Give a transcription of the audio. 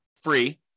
free